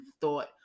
thought